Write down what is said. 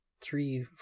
three